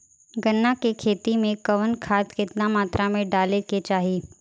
गन्ना के खेती में कवन खाद केतना मात्रा में डाले के चाही?